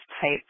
type